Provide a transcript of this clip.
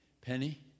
Penny